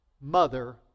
mother